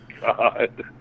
god